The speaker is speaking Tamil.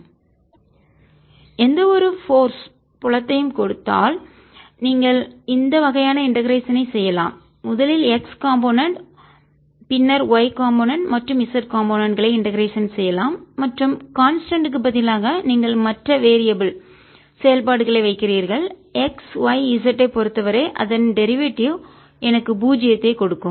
Vxyz x2yzf ∂V∂z x2y∂f∂z x2y dfdz0fconstant Vxyz x2yzconstant எந்தவொரு போர்ஸ் விசை புலத்தையும் கொடுத்தால் நீங்கள் இந்த வகையான இண்டெகரேஷன் ஐ செய்யலாம் முதலில் x காம்போனென்ட் கூறு பின்னர் y காம்போனென்ட்கூறு மற்றும் z காம்போனென்ட் கூறு களை இண்டெகரேஷன் செய்யலாம் மற்றும் கான்ஸ்டன்ட் க்கு மாறிலி பதிலாக நீங்கள் மற்ற வேரியபல் மாறியின் செயல்பாடுகளை வைக்கிறீர்கள் x y z ஐப் பொறுத்தவரை அதன் டெரிவேட்டிவ் வழித்தோன்றல்கள் எனக்கு பூஜ்ஜியத்தைக் கொடுக்கும்